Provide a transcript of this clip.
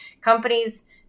companies